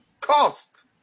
Cost